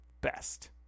best